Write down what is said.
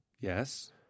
Yes